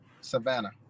Savannah